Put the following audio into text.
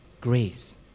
grace